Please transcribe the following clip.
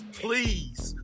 please